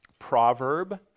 Proverb